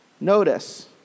Notice